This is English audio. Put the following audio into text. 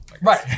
Right